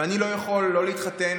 ואני לא יכול לא להתחתן,